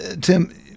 Tim